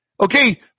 okay